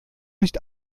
nicht